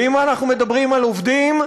ואם אנחנו מדברים על עובדים,